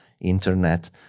internet